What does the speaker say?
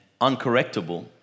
uncorrectable